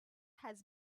has